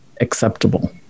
acceptable